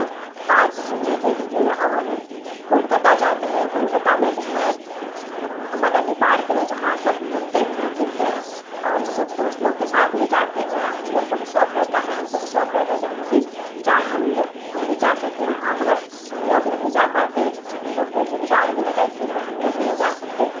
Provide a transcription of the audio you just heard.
park گھومنے کے لیے اور کولکاتہ جاتے ہیں کولکاتہ میں بھی ہے محمد علی پارک ہے جہاں سب گھومتے ہیں پھرتے ہیں اور سب دوست لوگ کے ساتھ میں جاتے ہیں ہم لوگ کو بھی شوق رہتا ہے ہم کو بھی شوق رہتا ہے ہم بھی چاہے ہم لوگ ہم بھی جا سکیں وہاں مگر ہم لوگ نہیں جا پاتے ہم لوگ پہ ذمہ داری رہتا ہے اسی لیے ہم لوگ نہیں جا سکتے